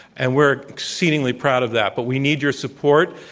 and we're exceedingly proud of that. but we need your support.